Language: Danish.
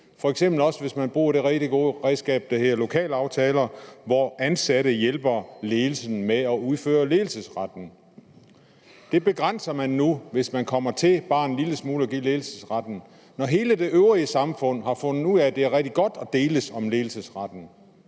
også hvis man bruger det rigtig gode redskab, der hedder lokalaftaler, hvor ansatte hjælper ledelsen med at udføre ledelsesretten. Det begrænser man nu, hvis man kommer til bare en lille smule at give ledelsesretten tilbage. Når hele det øvrige samfund har fundet ud af, at det er rigtig godt at deles om ledelsesretten,